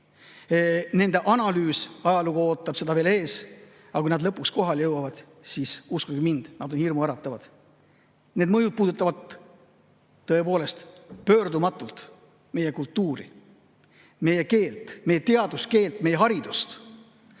Nende analüüsi ajalugu veel ootab, aga kui need mõjud lõpuks kohale jõuavad, siis, uskuge mind, nad on hirmuäratavad. Need mõjud puudutavad tõepoolest pöördumatult meie kultuuri, meie keelt, meie teaduskeelt, meie haridust,